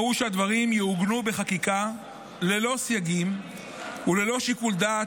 ראוי שהדברים יעוגנו בחקיקה ללא סייגים וללא שיקול דעת.